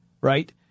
right